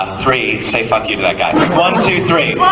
three say fuck you to that guy one, two, three